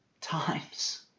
times